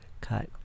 cut